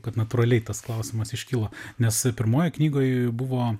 kad natūraliai tas klausimas iškilo nes pirmoje knygoje buvo